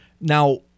Now